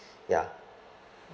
ya